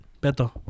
Beto